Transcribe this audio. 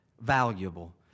valuable